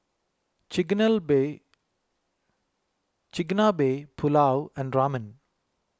Chigenabe Chigenabe Pulao and Ramen